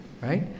Right